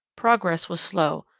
progress was slow,